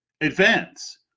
advance